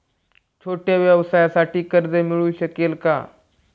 छोट्या व्यवसायासाठी मला कर्ज मिळू शकेल का?